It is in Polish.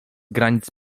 granic